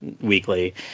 weekly